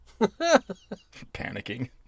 Panicking